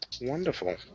Wonderful